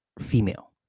female